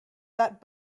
that